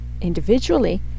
individually